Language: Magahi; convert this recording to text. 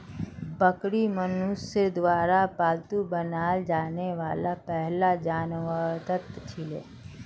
बकरी मनुष्यर द्वारा पालतू बनाल जाने वाला पहला जानवरतत छिलो